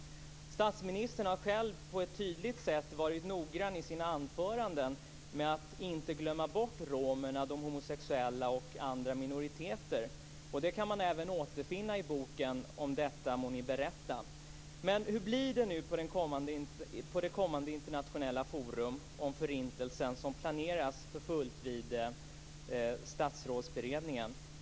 Statsministern har själv på ett tydligt sätt varit noggrann i sina anföranden med att inte glömma bort romerna, de homosexuella och andra minoriteter. Det kan man även återfinna i boken . om detta må ni berätta . Men hur blir det nu vid det kommande internationella forumet om Förintelsen som planeras för fullt vid Statsrådsberedningen?